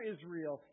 Israel